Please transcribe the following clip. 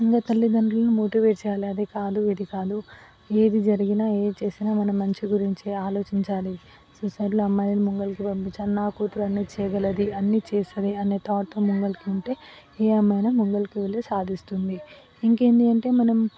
ముందే తల్లిదండ్రులను మోటివేట్ చెయ్యాలి అది కాదు ఇది కాదు ఏది జరిగినా ఏది చేసినా మన మంచి గురించే ఆలోచించాలి సొసైటీలో అమ్మాయిలు ముంగలకి పంపించాలి నా కూతురు అన్నీ చెయ్యగలది అన్నీ చేస్తుంది అనే థాట్తో ముంగలకి ఉంటే ఏ అమ్మాయి అయినా ముంగలకి వెళ్ళి సాధిస్తుంది ఇంకేంది అంటే మనం